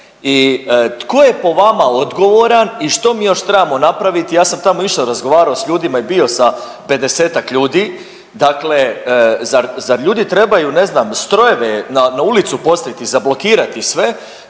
i tko je po vama odgovoran i što mi još trebamo napraviti. Ja sam tamo išao, razgovarao sa ljudima i bio sa pedesetak ljudi. Zar ljudi trebaju ne znam strojeve na ulicu postaviti, zablokirati sve?